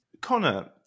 Connor